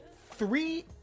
three